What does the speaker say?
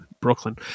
Brooklyn